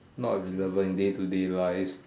not visible in day to day life